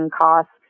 costs